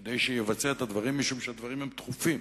כדי שיבצע את הדברים, משום שהדברים דחופים.